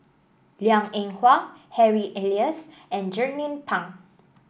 Liang Eng Hwa Harry Elias and Jernnine Pang